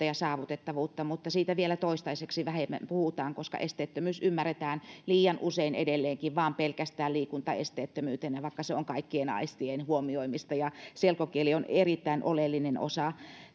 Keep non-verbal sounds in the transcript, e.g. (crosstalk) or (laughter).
(unintelligible) ja saavutettavuutta mutta siitä vielä toistaiseksi vähemmän puhutaan koska esteettömyys ymmärretään liian usein edelleenkin vain pelkästään liikuntaesteettömyytenä vaikka se on kaikkien aistien huomioimista selkokieli on erittäin oleellinen osa